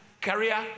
career